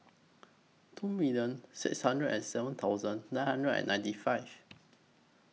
two million six hundred and seven thousand nine hundred and ninety five